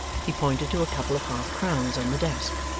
he pointed to a couple of half-crowns on the desk.